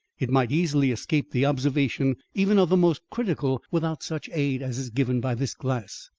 it might easily escape the observation even of the most critical, without such aid as is given by this glass.